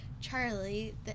Charlie